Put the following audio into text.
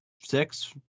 Six